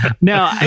No